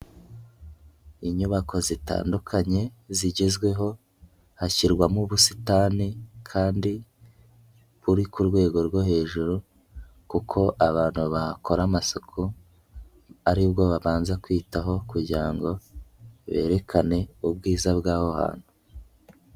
Inyubako zitandukanye zigezweho hashyirwamo ubusitani kandi buri ku rwego rwo hejuru kuko abantu bahakora amasuku ari bwo babanza kwitaho kugira ngo berekane ubwiza bw'aho hantu.